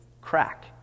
crack